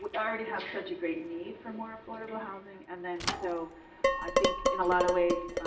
but already have such a great need for more affordable housing, and then so i think, in a lot of ways,